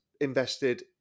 invested